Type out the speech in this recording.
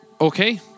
Okay